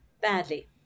badly